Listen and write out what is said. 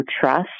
trust